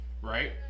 Right